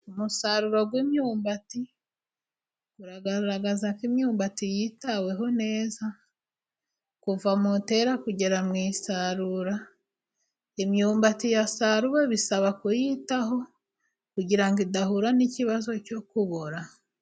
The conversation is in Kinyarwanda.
Umusaruro w'imyumbati uragaragaza ko imyumbati yitaweho kuva mu itera kugera mu isarura. Imyumbati yasaruwe bisaba kuyitaho kugirango idahura n'ikibazo cyo kubora.